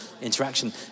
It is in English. interaction